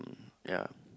ya